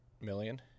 million